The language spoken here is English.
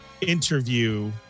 interview